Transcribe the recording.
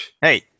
Hey